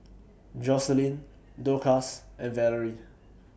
Joselin Dorcas and Valerie